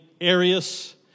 Arius